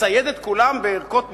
לצייד את כולם בערכות מגן?